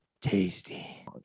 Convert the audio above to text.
tasty